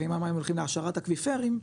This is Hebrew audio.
לפעמים הולכים להעשרת אקוויפרים,